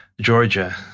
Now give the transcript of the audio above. Georgia